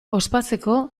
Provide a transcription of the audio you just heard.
ospatzeko